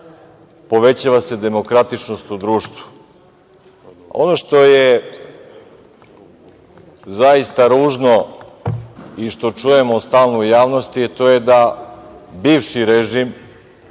povećava se demokratičnost u društvu. Ono što je zaista ružno i što čujemo stalno u javnosti, to je da bivši režim,